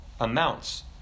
amounts